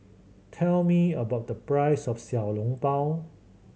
tell me about the price of Xiao Long Bao